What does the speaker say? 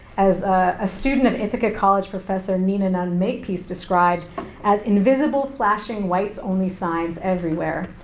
as a student of ithaca college, professor nin nunn-makepeace described as invisible flashing whites only signs everywhere.